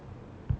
ஆமா:aamaa